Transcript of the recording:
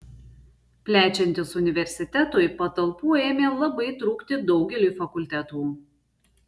plečiantis universitetui patalpų ėmė labai trūkti daugeliui fakultetų